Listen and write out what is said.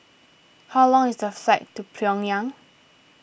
how long is the flight to Pyongyang